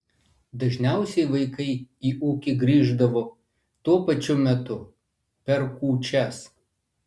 dažniausiai vaikai į ūkį grįždavo tuo pačiu metu per kūčias